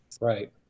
Right